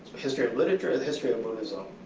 the history literature, the history buddhism,